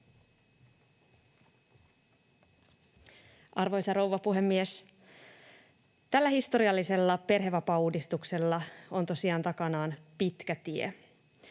Arvoisa rouva puhemies! Tällä historiallisella perhevapaauudistuksella on tosiaan takanaan pitkä tie.